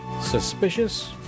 suspicious